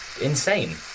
insane